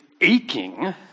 aching